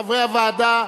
חברי הוועדה,